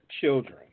children